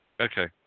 Okay